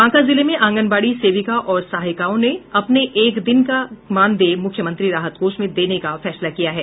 बांका जिले में आंगनबाड़ी सेविका और सहायिकाओं ने अपने एक दिन का मानदेय मुख्यमंत्री राहत कोष में देने का फैसला किया है